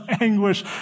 anguish